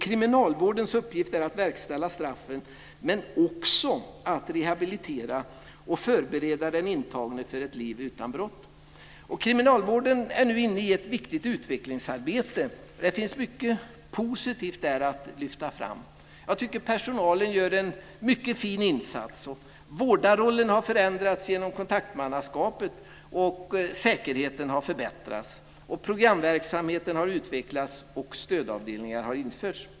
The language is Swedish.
Kriminalvårdens uppgift är att verkställa straffen men också att rehabilitera och förbereda den intagne för ett liv utan brott. Kriminalvården är nu inne i ett viktigt utvecklingsarbete. Det finns mycket positivt där att lyfta fram. Jag tycker att personalen för en fin insats. Vårdarrollen har förändrats genom kontaktmannaskapet, och säkerheten har förbättrats. Programverksamheten har utvecklats, och stödavdelningar har införts.